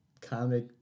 comic